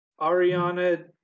Ariana